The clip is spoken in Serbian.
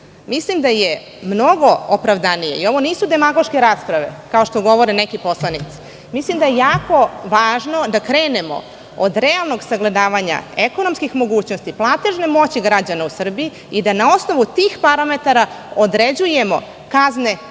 dinara. Mislim da je mnogo opravdanije i ovo nisu demagoške rasprave kao što govore neki poslanici, mislim da je jako važno da krenemo od realnog sagledavanja ekonomskih mogućnosti, platežne moći građana u Srbiji i da na osnovu tih parametara određujemo kazne